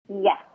Yes